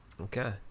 Okay